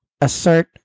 assert